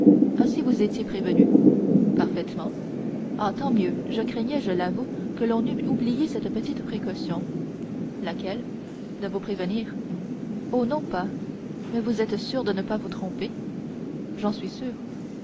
ainsi vous étiez prévenu parfaitement ah tant mieux je craignais je l'avoue que l'on n'eût oublié cette petite précaution laquelle de vous prévenir oh non pas mais vous êtes sûr de ne pas vous tromper j'en suis sûr